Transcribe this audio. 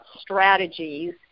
strategies